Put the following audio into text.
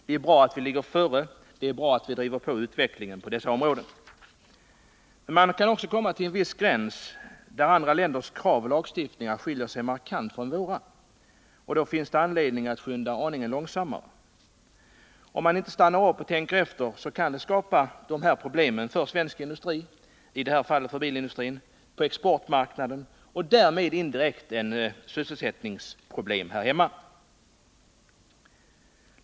Det är bra att vi ligger före och driver på utvecklingen på dessa områden. Men man kan komma till en viss gräns där andra länders krav och lagstiftning markant skiljer sig från vårt lands, och då finns det anledning att skynda aningen långsammare. Om vi inte stannar upp och tänker efter, kan det skapa problem för svensk industri — i detta fall för bilindustrin — på exportmarknaden och därmed indirekt sysselsättningsproblem här hemma.